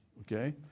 okay